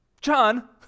John